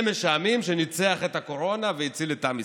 שמש העמים, שניצח את הקורונה והציל את עם ישראל,